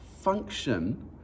function